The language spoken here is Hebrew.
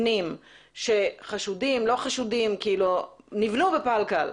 שעדיין קיימים מבנים שחשודים או לא חשודים שנבנו בפלקל,